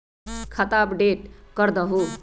खाता अपडेट करदहु?